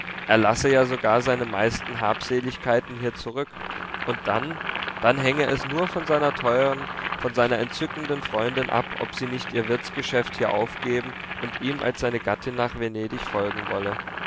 er lasse ja sogar seine meisten habseligkeiten hier zurück und dann dann hänge es nur von seiner teuern von seiner entzückenden freundin ab ob sie nicht ihr wirtsgeschäft hier aufgeben und ihm als seine gattin nach venedig folgen wolle